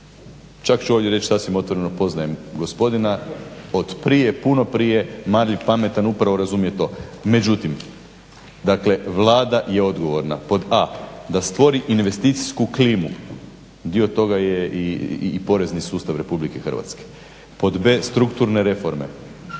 Čak ću ovdje reći sasvim otvoreno poznajem gospodina od prije, puno prije marljiv, pametan, upravo razumije to. Međutim, dakle Vlada je odgovorna pod a) da stvori investicijsku klimu, dio toga je i porezni sustav RH, pod b) strukturne reforme